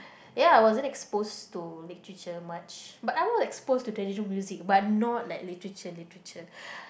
ya I wasn't exposed to literature much but I was exposed to traditional music but not like Literature Literature